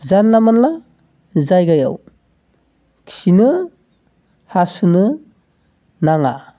जानला मानला जायगायाव खिनो हासुनो नाङा